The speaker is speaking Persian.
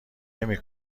نمی